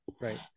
Right